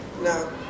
No